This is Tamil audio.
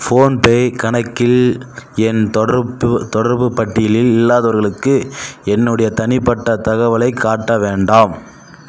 ஃபோன்பே கணக்கில் என் தொடர்பு தொடர்புப் பட்டியலில் இல்லாதவர்களுக்கு என்னுடைய தனிப்பட்ட தகவலைக் காட்ட வேண்டாம்